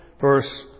verse